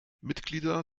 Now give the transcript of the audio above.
mitglieder